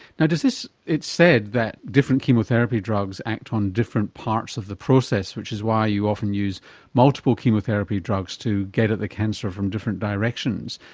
now does this, it's said that different chemotherapy drugs act on different parts of the process which is why you often use multiple chemotherapy drugs to get at the cancer from different directions.